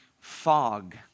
fog